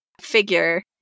figure